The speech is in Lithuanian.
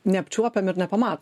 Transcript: neapčiuopiam ir nepamatom